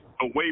away